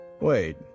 Wait